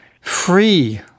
free